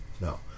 no